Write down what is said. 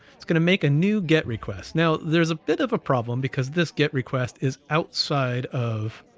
it's gonna make a new get requests. now there's a bit of a problem, because this get request is outside of